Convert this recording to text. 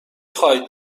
خواهید